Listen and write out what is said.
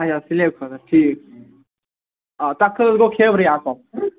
اچھا سِلیب خٲطرٕ ٹھیٖک آ تَتھ خٲطرٕ گوٚو خیبرٕے اصٕل